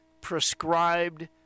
prescribed